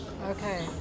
Okay